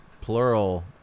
plural